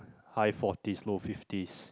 high forties low fifties